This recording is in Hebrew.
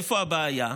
איפה הבעיה?